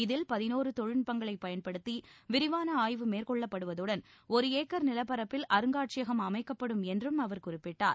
இதில் பதினோரு தொழில்நட்பங்களை பயன்படுத்தி விரிவான ஆய்வு மேற்கொள்ளப்படுவதுடன் ஒரு ஏக்கர் நிலப்பரப்பில் அருங்காட்சியகம் அமைக்கப்படும் என்றும் அவர் குறிப்பிட்டார்